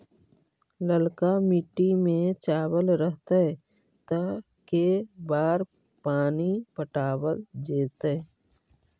ललका मिट्टी में चावल रहतै त के बार पानी पटावल जेतै?